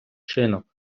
вчинок